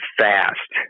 fast